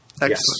Excellent